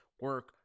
Work